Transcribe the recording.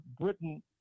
britain